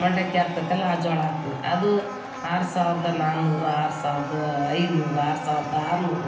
ಮಂಡಕ್ಕಿ ಆಗ್ತೈತೆ ಅಲ್ಲ ಆ ಜೋಳ ಹಾಕ್ತಿವಿ ಅದು ಆರು ಸಾವಿರದ ನಾಲ್ಕುನೂರು ಆರು ಸಾವಿರದ ಐದುನೂರು ಆರು ಸಾವಿರದ ಆರುನೂರು